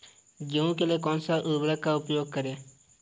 गेहूँ के लिए कौनसा उर्वरक प्रयोग किया जाता है?